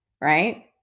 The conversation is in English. right